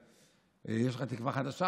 יש לך תקווה חדשה,